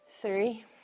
Three